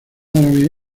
árabe